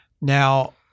Now